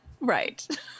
Right